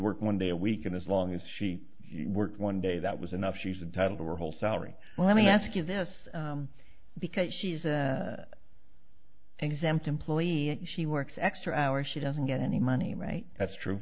work one day a week and as long as she worked one day that was enough she's entitled to her whole salary well let me ask you this because she's a exempt employee and she works extra hours she doesn't get any money right that's true